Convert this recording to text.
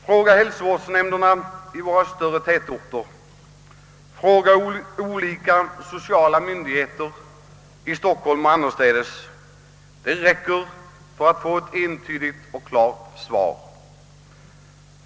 Fråga hälsovårdsnämnderna i våra större tätorter, fråga olika sociala myndigheter här i Stockholm och annorstädes — det räcker för att få ett entydigt och klart svar!